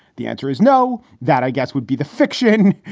the answer is no. that, i guess, would be the fiction.